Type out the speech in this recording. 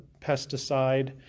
pesticide